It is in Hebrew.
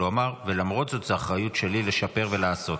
אבל הוא אמר: ולמרות זאת זו אחריות שלי לשפר ולעשות.